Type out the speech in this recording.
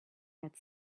had